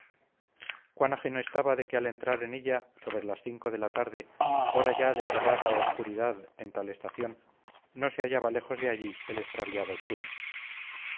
cuán ajeno estaba de que al entrar en ella sobre las cinco de la tarde hora ya de cerrada obscuridad en tal estación no se hallaba lejos de allí el extraviado churi